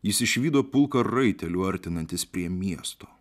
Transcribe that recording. jis išvydo pulką raitelių artinantis prie miesto